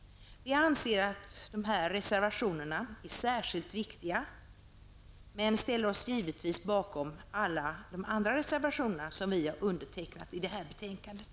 Vi anser att dessa reservationer är särskilt viktiga men ställer oss givetvis bakom alla de andra reservationer som vi har fogat till betänkandet.